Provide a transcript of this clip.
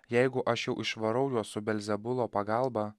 jeigu aš jau išvarau juos su belzebulo pagalba